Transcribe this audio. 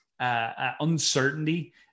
Uncertainty